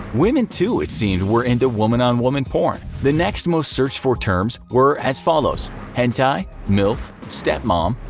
women, too, it seemed were into woman on woman porn. the next most searched for terms were as follows hentai, milf, step mom,